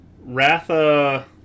ratha